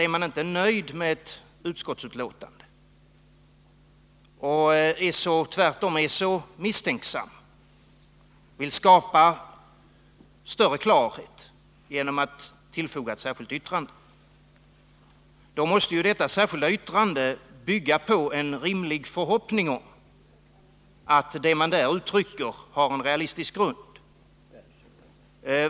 Är man inte nöjd med ett utskottsbetänkande utan tvärtom är så misstänksam att man vill skapa större klarhet genom att avge ett särskilt yttrande, måste ju detta särskilda yttrande bygga på en rimlig förhoppning om att det man där uttrycker har en realistisk grund.